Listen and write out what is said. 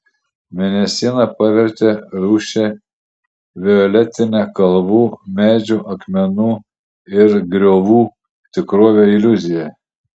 mėnesiena pavertė rūsčią violetinę kalvų medžių akmenų ir griovų tikrovę iliuzija